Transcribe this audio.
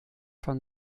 von